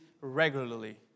regularly